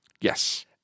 Yes